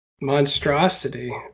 monstrosity